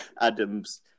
Adam's